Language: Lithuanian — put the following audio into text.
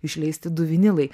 išleisti du vinilai